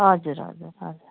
हजुर हजुर हजुर